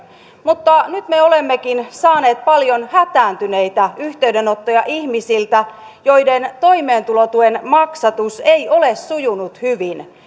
mutta nyt me olemmekin saaneet paljon hätääntyneitä yhteydenottoja ihmisiltä joiden toimeentulotuen maksatus ei ole sujunut hyvin